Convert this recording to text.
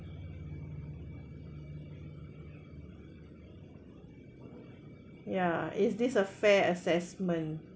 ya is this a fair assessment